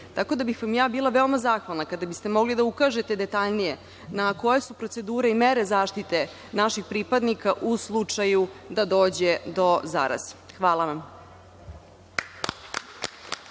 da bih vam ja bila veoma zahvalna kada biste mogli da ukažete detaljnije koje su procedure i mere zaštite naših pripadnika u slučaju da dođe do zaraze. Hvala.